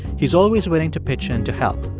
he's always willing to pitch in to help.